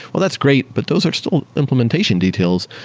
well that's great, but those are still implementation details.